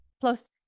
Plus